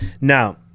Now